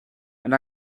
and